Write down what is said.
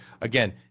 Again